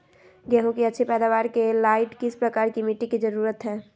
गेंहू की अच्छी पैदाबार के लाइट किस प्रकार की मिटटी की जरुरत है?